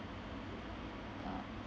uh